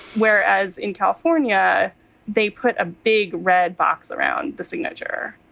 whereas in california they put a big red box around the signature.